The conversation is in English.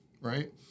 Right